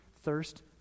thirst